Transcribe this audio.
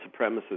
supremacists